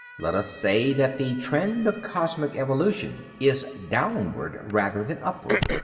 let us say that the trend of cosmic evolution is downward rather than upward,